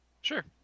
Sure